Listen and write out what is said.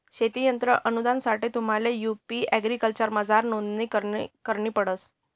शेती यंत्र अनुदानसाठे तुम्हले यु.पी एग्रीकल्चरमझार नोंदणी करणी पडस